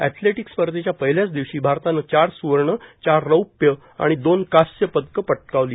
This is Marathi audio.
एथलेटिक्स स्पर्धेच्या पहिल्याच दिवशी भारतानं चार स्वर्ण चार रौप्य आणि दोन कांस्य पदकं पटकावली